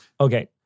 Okay